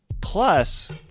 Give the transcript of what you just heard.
Plus